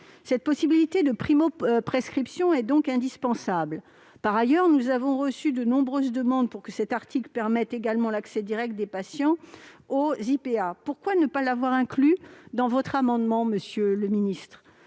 Cette possibilité de primo-prescription est donc indispensable. Par ailleurs, nous avons reçu de nombreuses demandes pour que cet article permette l'accès direct des patients aux IPA. Pourquoi ne pas l'avoir inclus dans votre amendement, monsieur le secrétaire